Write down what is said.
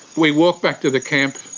we walked back to the camp,